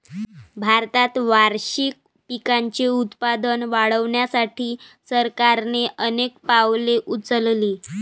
भारतात वार्षिक पिकांचे उत्पादन वाढवण्यासाठी सरकारने अनेक पावले उचलली